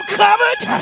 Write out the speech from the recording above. covered